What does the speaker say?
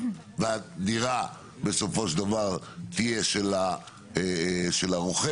והדירה בסופו של דבר תהיה של הרוכש.